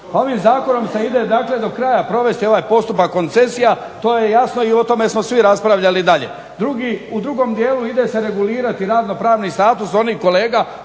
Ovim zakonom se ide dakle do kraja provesti ovaj postupak koncesija. To je jasno i o tome smo svi raspravljali dalje. U drugom dijelu ide se regulirati radno-pravni status onih kolega